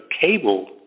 cable